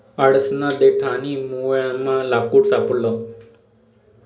आडसना देठ आणि मुयमा लाकूड सापडस